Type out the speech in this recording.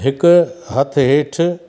हिकु हथ हेठि